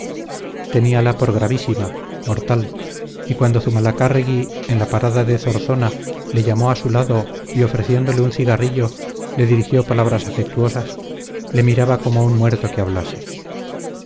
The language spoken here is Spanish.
aseguraban teníala por gravísima mortal y cuando zumalacárregui en la parada de zornoza le llamó a su lado y ofreciéndole un cigarrillo le dirigió palabras afectuosas le miraba como a un muerto que hablase